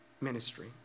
ministry